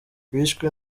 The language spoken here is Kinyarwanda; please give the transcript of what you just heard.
bishwe